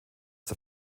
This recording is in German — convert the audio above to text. der